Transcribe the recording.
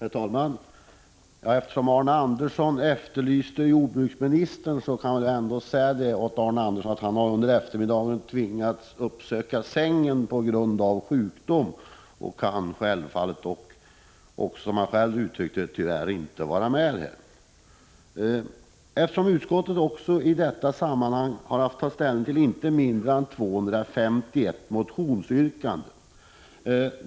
Herr talman! Eftersom Arne Andersson i Ljung efterlyste jordbruksministern, kan jag säga att han under eftermiddagen tvingats uppsöka sängen på grund av sjukdom och då självfallet, som han själv uttryckte det, tyvärr inte kan vara med här. Utskottet har i detta sammanhang haft att ta ställning till inte mindre än 251 motionsyrkanden.